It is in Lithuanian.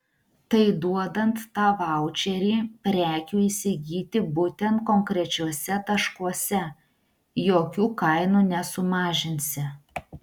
tai duodant tą vaučerį prekių įsigyti būtent konkrečiuose taškuose jokių kainų nesumažinsi